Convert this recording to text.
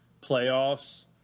playoffs